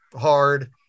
hard